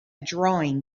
drawing